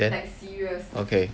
then okay